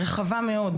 רחבה מאוד,